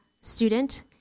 student